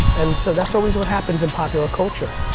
and so that's always what happens in popular culture.